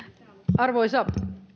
arvoisa